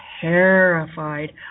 terrified